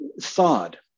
thawed